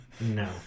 No